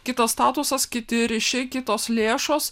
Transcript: kitas statusas kiti ryšiai kitos lėšos